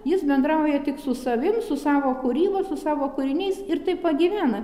jis bendrauja tik su savim su savo kūryba su savo kūriniais ir taip va gyvena